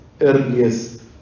earliest